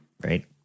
right